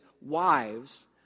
wives